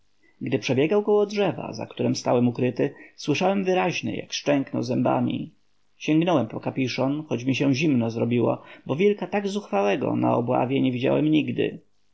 gdy przebiegał koło drzewa za którem stałem ukryty słyszałem wyraźnie jak szczęknął zębami sięgnąłem po kapiszon choć mi się zimno zrobiło bo wilka tak zuchwałego na obławie nie widziałem nigdy